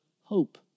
hope